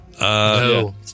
No